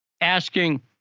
asking